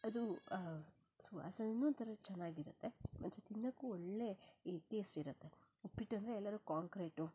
ಅದು ಸುವಾಸನೇನು ಒಂಥರ ಚೆನ್ನಾಗಿರುತ್ತೆ ಮತ್ತೆ ತಿನ್ನೋಕ್ಕೂ ಒಳ್ಳೆಯ ಟೇಸ್ಟ್ ಇರುತ್ತೆ ಉಪ್ಪಿಟ್ಟು ಅಂದರೆ ಎಲ್ಲರೂ ಕಾಂಕ್ರೇಟು